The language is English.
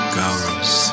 goes